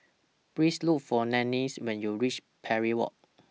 Please Look For Nanette when YOU REACH Parry Walk